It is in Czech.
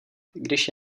když